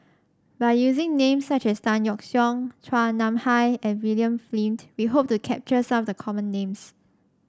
by using names such as Tan Yeok Seong Chua Nam Hai and William Flint we hope to capture some of the common names